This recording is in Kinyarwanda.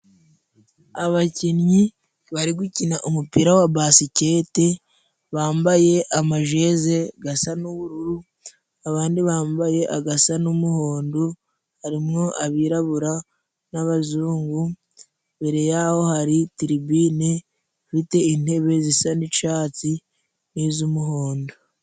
Abakinnyi bari gukina umupira wa basikete, bambaye amajeze asa n'ubururu, abandi bambaye asa n'umuhondo, harimo abirabura n'abazungu, imbere yaho hari tiribine ifite intebe zisa n’icyatsi, n'iz'umuhondo.